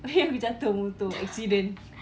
abeh aku jatuh motor accident